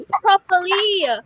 properly